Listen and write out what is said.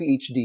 PhD